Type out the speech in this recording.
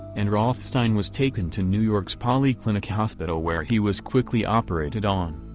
and rothstein was taken to new york's polyclinic hospital where he was quickly operated on.